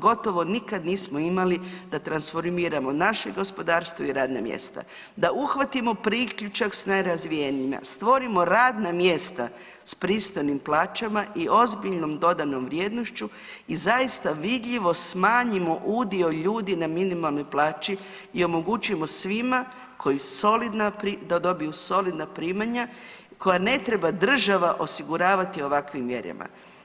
gotovo nikad nismo imali da transformiramo naše gospodarstvo i radna mjesta, da uhvatimo priključak s najrazvijenijima, stvorimo radna mjesta s pristojnim plaćama i ozbiljnom dodanom vrijednošću i zaista vidljivo smanjimo udio ljudi na minimalnoj plaći i omogućimo svima koji, da dobiju solidna primanja koja ne treba država osiguravati ovakvim mjerama.